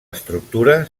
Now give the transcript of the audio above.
estructura